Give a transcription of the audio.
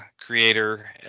creator